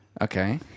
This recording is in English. Okay